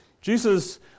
Jesus